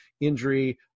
injury